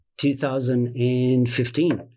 2015